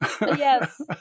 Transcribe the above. Yes